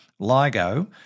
LIGO